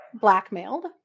blackmailed